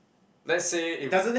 let's say if